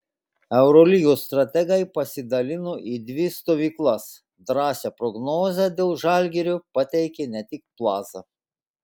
eurolygos strategai pasidalino į dvi stovyklas drąsią prognozę dėl žalgirio pateikė ne tik plaza